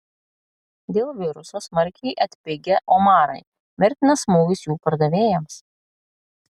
dėl viruso smarkiai atpigę omarai mirtinas smūgis jų pardavėjams